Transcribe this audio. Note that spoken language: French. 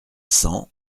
cent